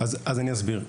אז אני אסביר.